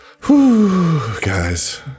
guys